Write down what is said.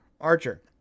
Archer